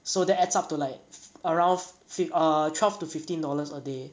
so that adds up to like f~ around f~ err twelve to fifteen dollars a day